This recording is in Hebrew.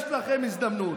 יש לכם הזדמנות.